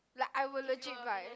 like I would legit buy